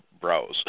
browse